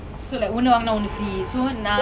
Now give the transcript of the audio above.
my face already round lah so